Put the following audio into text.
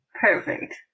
Perfect